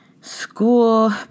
school